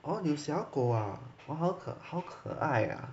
oh 你有小狗 ah !wah! 好可好可爱 ah